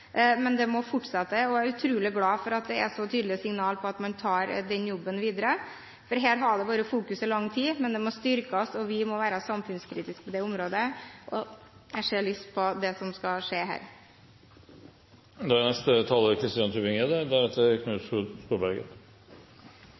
Men det må fortsette, og jeg er utrolig glad for at det er så tydelige signaler på at man gjør den jobben videre. Her har det vært fokus i lang tid, men det må styrkes, og vi må være samfunnskritiske på dette området. Jeg ser lyst på det som skal skje her. Norge er